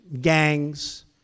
gangs